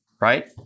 right